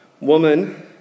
woman